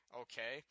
okay